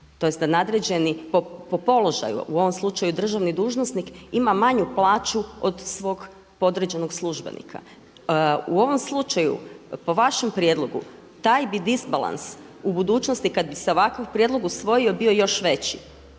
tj. da nadređeni po položaju u ovom slučaju državni dužnosnik ima manju plaću od svog podređenog službenika. U ovom slučaju po vašem prijedlogu taj bi disbalans u budućnosti kad bi se ovakav prijedlog usvojio bio još veći.